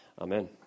Amen